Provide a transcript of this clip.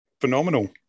phenomenal